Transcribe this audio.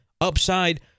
upside